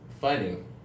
fighting